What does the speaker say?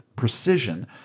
Precision